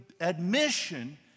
admission